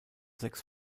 sechs